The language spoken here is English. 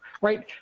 right